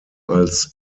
als